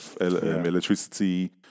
electricity